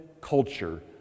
culture